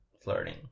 flirting